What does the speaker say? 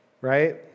right